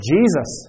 Jesus